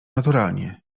naturalnie